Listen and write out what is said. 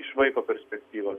iš vaiko perspektyvos